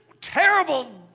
terrible